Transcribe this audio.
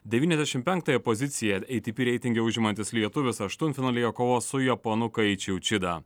devyniasdešim penktąją poziciją eitypy reitinge užimantis lietuvis aštuntfinalyje kovos su japonų kaiči učida